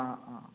ആ ആ